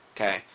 Okay